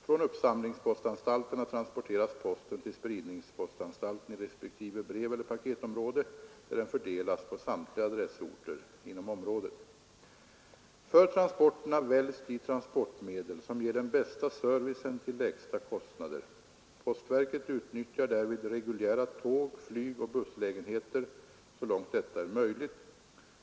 Från uppsamlingspostanstalterna transporteras posten till spridningspostanstalten i respektive breveller paketområde, där den fördelas på samtliga adressorter inom området. För transporterna väljs de transportmedel som ger den bästa servicen till lägsta kostnader. Postverket utnyttjar därvid reguljära tåg-, flygoch busslägenheter så långt detta är möjligt.